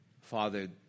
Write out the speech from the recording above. Father